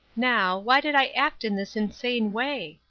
now, why did i act in this insane way?